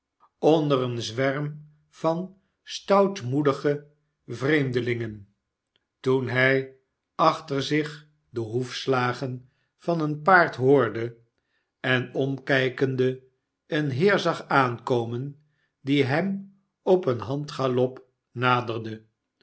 onder een zwerm van stoutmoedige i vreemdelingen toen hij achter zich de hoefslagen van een paard hoorde en omkijkende een heer zag aankomen die hem op een handgalop naderde